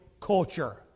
culture